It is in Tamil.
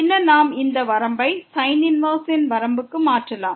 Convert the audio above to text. பின்னர் நாம் இந்த வரம்பை sin 1 ன் வரம்புக்கு மாற்றலாம்